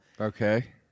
Okay